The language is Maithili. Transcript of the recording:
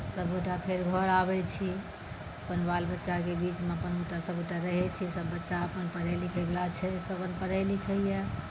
सबगोटा फेर घर आबै छी अपन बाल बच्चाके बीचमे अपन सबगोटा रहै छी सब बच्चा अपन पढै लिखै वाला छै सब अपन पढै लिखै यऽ